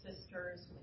sisters